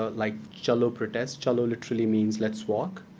ah like challo protests. challo literally means, let's walk.